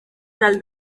tal